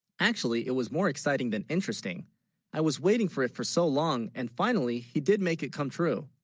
actually it was more exciting than interesting i was waiting for it for so long and finally he, did make it come true